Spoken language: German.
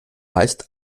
meist